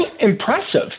impressive